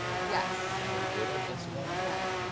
yes. are you good at instagramming? no.